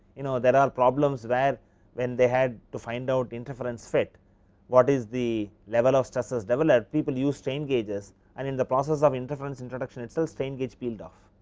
you know there are problems where when they had to find out interference field what is the level of stresses develop, people use strain gauges and in the process of interference introduction itself and so strain gauge field of.